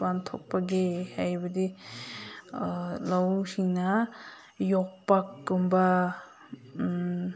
ꯄꯥꯡꯊꯣꯛꯄꯒꯦ ꯍꯥꯏꯕꯗꯤ ꯂꯧꯎꯁꯤꯡꯅ ꯌꯣꯠꯄꯥꯛ ꯀꯨꯝꯕ